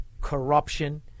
corruption